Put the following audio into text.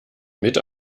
mit